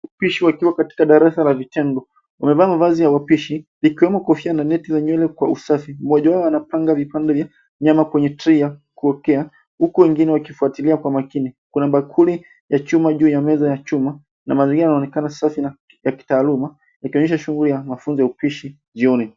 Wapishi wakiwa katika darasa la vitendo wamevaa mavazi ya wapishi ikiwemo kofia na neti wa nywele kwa usafi, moja wao wanapanga vipande vya nyama kwenye tray ya kuokea huko wengine wakifuatilia kwa makini ,kuna bakuli ya chuma juu ya meza ya chuma na mazingira yanaonekana safi ya kitaaluma ikionyesha shughuli ya mafunzo ya upishi jioni.